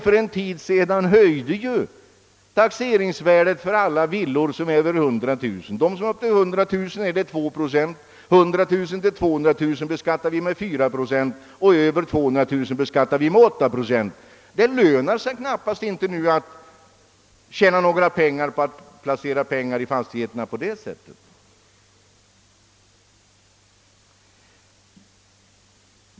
För en tid sedan höjde vi ju inkomstberäkningen för alla villor som har ett taxeringsvärde på över 100 000 kronor. Upp till 100 000 kronor är det 2 procent, från 100 000 till 200 000 kronor beskattar vi med 4 procent och över 200000 kronors taxeringsvärde beskattar vi med 8 procent. Det lönar sig knappast längre att placera några pengar i fastigheter på det sättet.